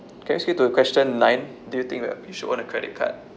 can we skip to question nine do you think that you should own a credit card